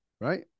right